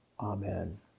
Amen